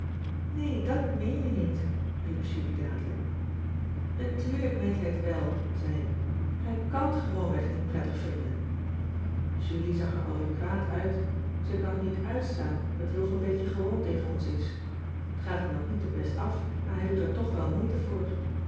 nee dàt meen je niet riep julie dadelijk natuurlijk meent hij t wèl zei ik hij kàn t gewoonweg niet prettig vinden julie zag er al weer kwaad uit ze kan het niet uitstaan dat jog een beetje gewoon tegen ons is t gaat hem nog niet te best af maar hij doet er toch wel moeite voor